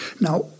Now